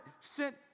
sent